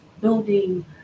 building